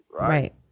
right